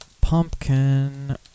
pumpkin